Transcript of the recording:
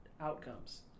outcomes